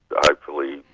hopefully,